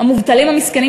שהמובטלים המסכנים,